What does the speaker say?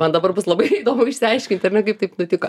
man dabar bus labai įdomu išsiaiškint ar ne kaip taip nutiko